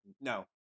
No